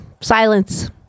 Silence